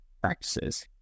practices